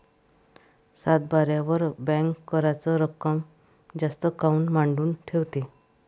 सातबाऱ्यावर बँक कराच रक्कम जास्त काऊन मांडून ठेवते?